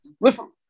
Listen